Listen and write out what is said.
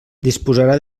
disposarà